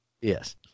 Yes